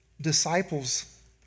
disciples